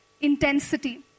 intensity